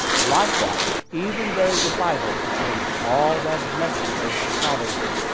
likewise, even though the bible contains all that is necessary for salvation,